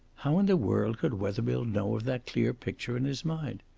how in the world could wethermill know of that clear picture in his mind?